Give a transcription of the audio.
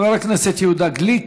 חבר הכנסת יהודה גליק,